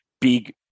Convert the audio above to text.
big